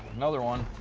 another one.